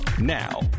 Now